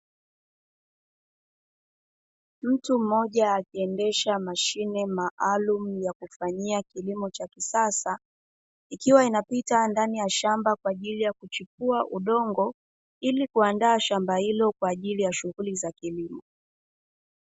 Mtu mmoja akiendesha mashine maalumu ya kufanyia kilimo cha kisasa, ikiwa inapita ndani ya shamba kwa ajili ya kuchipua udongo, ili kuandaa shamba hilo kwa ajili ya shughuli za kilimo.